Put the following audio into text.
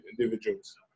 individuals